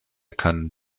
können